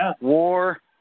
war